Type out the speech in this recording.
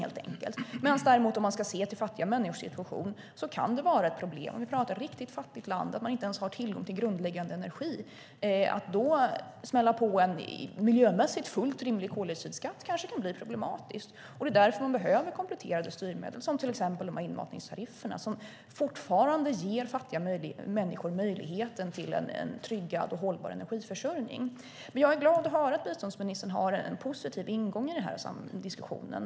Ser man däremot till fattiga människors situation, om vi pratar om ett riktigt fattigt land där man inte ens har tillgång till grundläggande energi, kan det vara problematiskt att smälla på en miljömässigt fullt rimlig koldioxidskatt. Därför behöver man kompletterande styrmedel som till exempel de här inmatningstarifferna som fortfarande ger fattiga människor möjligheten till en tryggad och hållbar energiförsörjning. Jag är ändå glad att höra att biståndsministern har en positiv ingång i den här diskussionen.